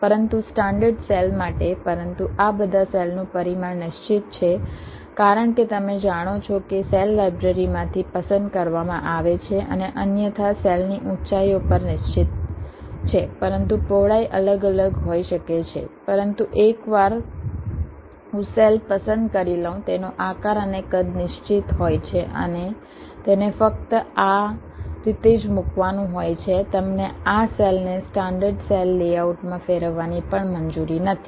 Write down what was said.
પરંતુ standard cell માટે પરંતુ આ બધા સેલનું પરિમાણ નિશ્ચિત છે કારણ કે તમે જાણો છો કે સેલ લાઇબ્રેરી માંથી પસંદ કરવામાં આવે છે અને અન્યથા સેલની ઊંચાઈઓ પણ નિશ્ચિત છે પરંતુ પહોળાઈ અલગ હોઈ શકે છે પરંતુ એકવાર હું સેલ પસંદ કરી લઉં તેનો આકાર અને કદ નિશ્ચિત હોય છે અને તેને ફક્ત આ રીતે જ મૂકવાનું હોય છે તમને આ સેલને સ્ટાન્ડર્ડ સેલ લેઆઉટમાં ફેરવવાની પણ મંજૂરી નથી